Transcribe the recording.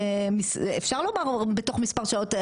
אפשר לומר בתוך מספר שעות,